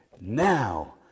Now